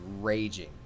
raging